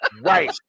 right